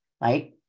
right